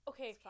Okay